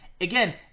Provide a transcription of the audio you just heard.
again